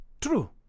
True